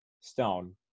stone